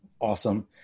awesome